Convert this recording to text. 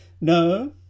No